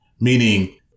Meaning